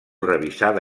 revisada